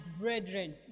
brethren